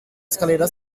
escalera